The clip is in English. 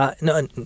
No